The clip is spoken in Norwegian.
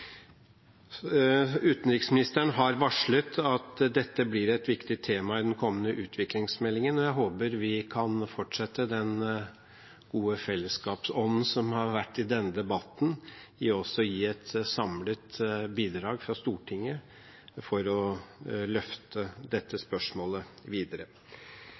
Utenriksministeren har varslet at dette blir et viktig tema i den kommende utviklingsmeldingen, og jeg håper vi kan fortsette den gode fellesskapsånden som har vært i denne debatten, ved også å gi et samlet bidrag fra Stortinget for å løfte dette spørsmålet videre.